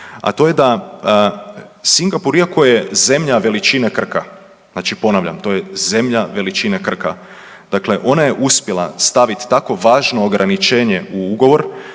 a to je da Singapur iako je zemlja veličine Krka, znači ponavljam to je zemlja veličine Krka dakle ona je uspjela staviti tako važno ograničenje u ugovor